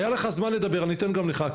היה לך זמן לדבר, אני אתן גם לך.